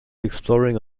exploring